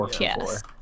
Yes